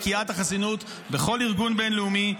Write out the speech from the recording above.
פקיעת החסינות בכל ארגון בין-לאומי,